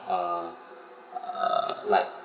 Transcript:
uh uh like